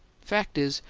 fact is,